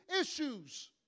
issues